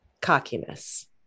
cockiness